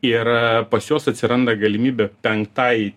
ir pas juos atsiranda galimybė penktai